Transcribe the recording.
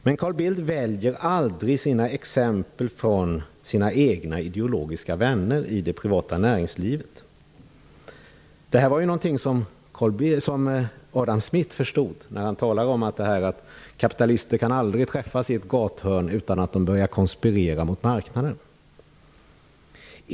Men Bildt väljer aldrig sina exempel från sina egna ideologiska vänner i det privata näringslivet. Det var något som Adam Smith förstod. Han talade om att kapitalister aldrig kan träffas i ett gathörn utan att de börjar konspirera mot marknaden.